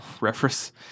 reference